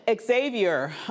Xavier